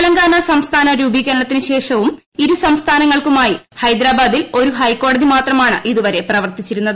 തെലങ്കാന സംസ്ഥാന രൂപീകരണത്തിന് ശേഷവും ഇരു സംസ്ഥാനങ്ങൾക്കുമായി ഹൈദരാബാദിൽ ഒരു ഹൈക്കോടതി മാത്രമാണ് ഇതുവരെ പ്രവർത്തിച്ചിരുന്നത്